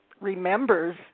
remembers